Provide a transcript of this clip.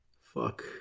fuck